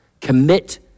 Commit